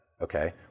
Okay